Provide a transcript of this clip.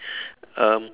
um